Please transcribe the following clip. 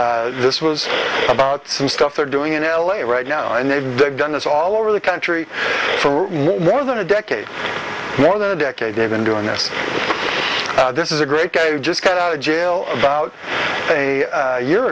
s this was about some stuff they're doing in l a right now and they've done this all over the country for more than a decade more than a decade they've been doing this this is a great guy who just got out of jail about a year